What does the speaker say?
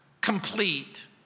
complete